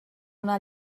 una